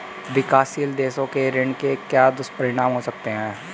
विकासशील देशों के ऋण के क्या दुष्परिणाम हो सकते हैं?